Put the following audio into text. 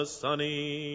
sunny